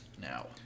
now